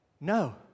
No